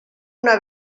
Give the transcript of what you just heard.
una